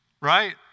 right